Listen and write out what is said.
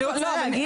אני רוצה להגיד.